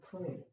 pray